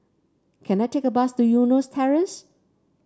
can I take a bus to Eunos Terrace